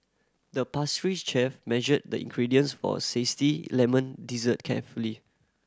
the pastry chef measured the ingredients for a zesty lemon dessert carefully